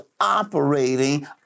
operating